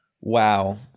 Wow